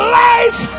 life